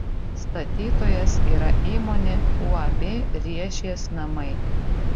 statytojas yra įmonė uab riešės namai